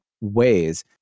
ways